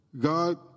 God